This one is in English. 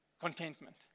contentment